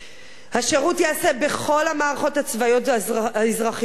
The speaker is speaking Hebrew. השירות ייעשה בכל המערכות הצבאיות והאזרחיות והלאומיות.